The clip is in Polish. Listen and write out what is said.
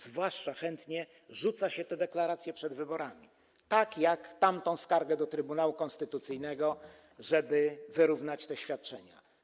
Zwłaszcza chętnie rzuca się te deklaracje przed wyborami, tak jak tamtą skargę do Trybunału Konstytucyjnego, żeby wyrównać te świadczenia.